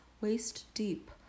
waist-deep